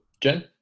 Jen